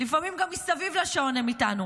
לפעמים גם מסביב לשעון הם איתנו.